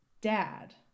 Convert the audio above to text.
dad